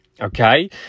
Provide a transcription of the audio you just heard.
okay